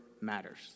matters